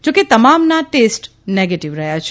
જોકે તમામના test negative રહ્યા છે